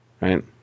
right